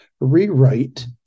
rewrite